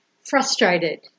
Frustrated